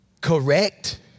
Correct